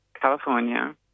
California